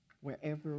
wherever